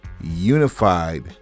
Unified